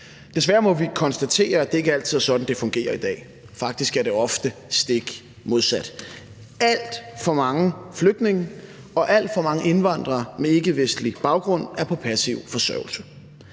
Desværre må vi konstatere, at det ikke altid er sådan, det fungerer i dag. Faktisk er det ofte stik modsat. Alt for mange flygtninge og alt for mange indvandrere med ikkevestlig baggrund er på passiv forsørgelse.